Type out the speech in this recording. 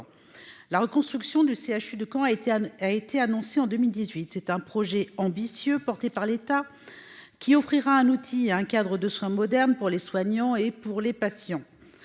La reconstruction de ce CHU a été annoncée en 2018. Ce projet ambitieux, porté par l'État, offrira un outil et un cadre de soins modernes aux soignants et aux patients.